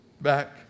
Back